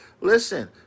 listen